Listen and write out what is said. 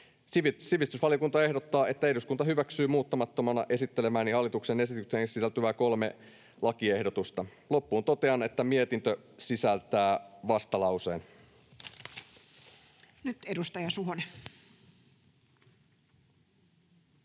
Sivistysvaliokunta ehdottaa, että eduskunta hyväksyy muuttamattomina esittelemääni hallituksen esitykseen sisältyvät kolme lakiehdotusta. Loppuun totean, että mietintö sisältää vastalauseen.